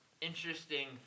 interesting